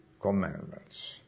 commandments